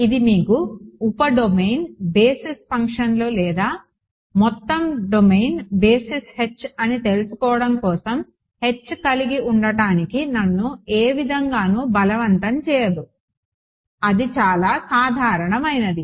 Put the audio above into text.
ఇది మీకు ఉప డొమైన్ బేసిస్ ఫంక్షన్లు లేదా మొత్తం డొమైన్ బేసిస్ H అని తెలుసుకోవడం కోసం H కలిగి ఉండటానికి నన్ను ఏ విధంగానూ బలవంతం చేయదు అది చాలా సాధారణమైనది